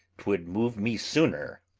twould move me sooner.